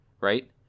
right